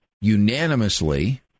unanimously